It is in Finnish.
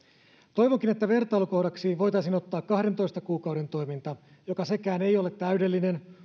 toivonkin että vertailukohdaksi voitaisiin ottaa kahdentoista kuukauden toiminta joka sekään ei ole täydellinen